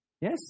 Yes